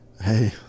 Hey